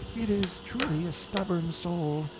it is truly a stubborn soul,